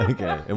Okay